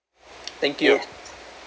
thank you